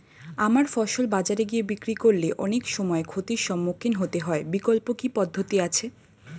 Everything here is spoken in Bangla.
আমার ফসল বাজারে গিয়ে বিক্রি করলে অনেক সময় ক্ষতির সম্মুখীন হতে হয় বিকল্প কি পদ্ধতি আছে?